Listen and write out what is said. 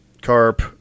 carp